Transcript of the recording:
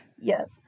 Yes